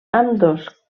ambdós